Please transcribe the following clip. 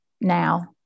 now